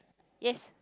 yes